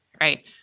right